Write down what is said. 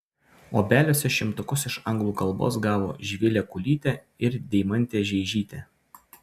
obeliuose šimtukus iš anglų kalbos gavo živilė kulytė ir deimantė žeižytė